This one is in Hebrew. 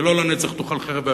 כי לא לנצח תאכל חרב,